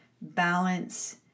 balance